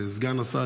סגן השר,